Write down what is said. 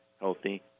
healthy